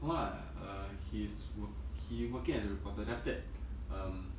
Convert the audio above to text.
no lah err he's work he working as a reporter then after that um